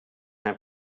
have